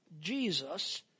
Jesus